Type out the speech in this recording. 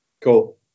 Cool